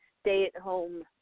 stay-at-home